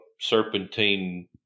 serpentine